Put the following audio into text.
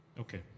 Okay